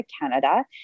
Canada